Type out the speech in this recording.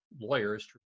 lawyers